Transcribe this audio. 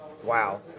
Wow